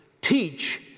teach